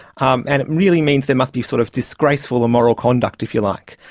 um and it really means there must be sort of disgraceful immoral conduct, if you like.